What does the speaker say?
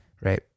Right